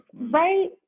Right